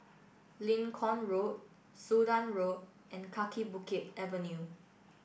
Lincoln Road Sudan Road and Kaki Bukit Avenue